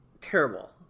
terrible